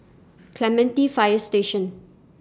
Clementi Fire Station